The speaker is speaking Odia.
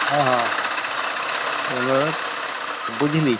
ହଁ ହଁ ବୁଝିଲି